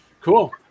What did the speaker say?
Cool